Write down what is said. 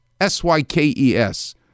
S-Y-K-E-S